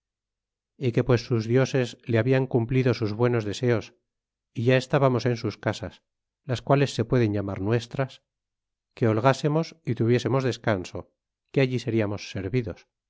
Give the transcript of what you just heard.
é que pues sus dioses le hablan cumplido sus buenos deseos é ya estábamos en sus casas las quales se pueden llamar nuestras que holgásemos y tuviésemos descanso que allí seriamos servidos